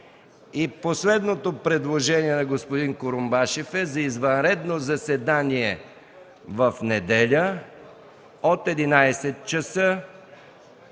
Последното предложение на господин Курумбашев е за извънредно заседание в неделя от 11,00 ч.